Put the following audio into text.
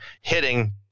hitting